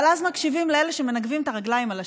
אבל אז מקשיבים לאלה שמנגבים את הרגליים על השטיח,